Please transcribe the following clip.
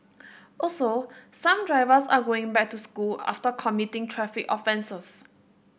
also some drivers are going back to school after committing traffic offences